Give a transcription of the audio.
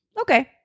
okay